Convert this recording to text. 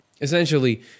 Essentially